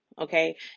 Okay